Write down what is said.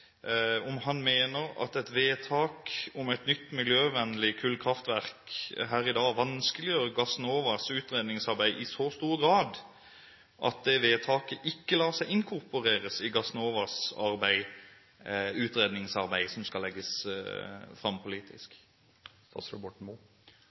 om han mener at et vedtak her i dag om et nytt, miljøvennlig kullkraftverk vanskeliggjør Gassnovas utredningsarbeid i så stor grad at vedtaket ikke lar seg inkorporere i Gassnovas utredningsarbeid, som skal legges fram politisk.